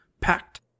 packed